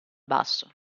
basso